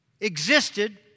existed